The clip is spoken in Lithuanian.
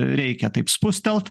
reikia taip spustelt